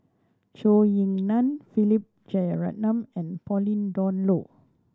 Zhou Ying Nan Philip Jeyaretnam and Pauline Dawn Loh